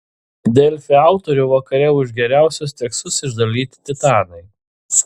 delfi autorių vakare už geriausius tekstus išdalyti titanai